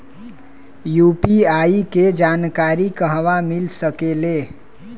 UPI के जानकारी कहवा मिल सकेले?